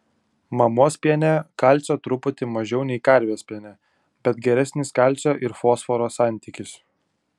mamos piene kalcio truputį mažiau nei karvės piene bet geresnis kalcio ir fosforo santykis